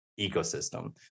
ecosystem